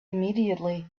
immediately